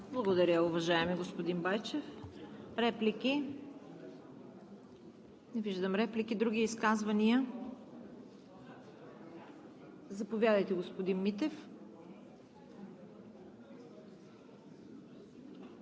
Благодаря, уважаеми господин Байчев. Реплики? Не виждам. Други изказвания? Заповядайте, господин Митев.